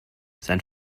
sein